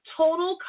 total